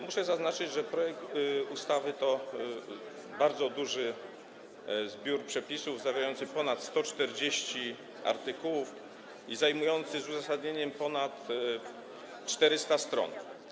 Muszę zaznaczyć, że projekt ustawy to bardzo duży zbiór przepisów, zawierający ponad 140 artykułów i zajmujący z uzasadnieniem ponad 400 stron.